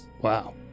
Wow